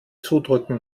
zudrücken